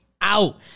out